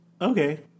okay